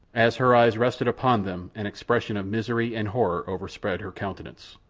as her eyes rested upon them an expression of misery and horror overspread her countenance.